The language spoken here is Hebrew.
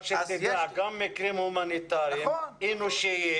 תדע שגם מקרים הומניטריים ואנושיים